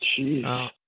Jeez